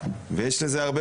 יש לזה גם הרבה